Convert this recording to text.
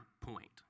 point